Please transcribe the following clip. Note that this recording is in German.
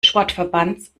sportverbands